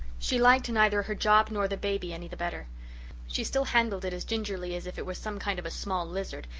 she liked neither her job nor the baby any the better she still handled it as gingerly as if it were some kind of a small lizard,